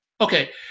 Okay